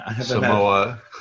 Samoa